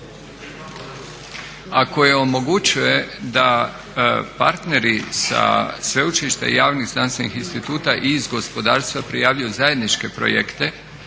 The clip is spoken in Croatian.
koje omogućuje da partneri sa sveučilišta i javnih znanstvenih instituta i iz gospodarstva prijavljuju zajedničke projekte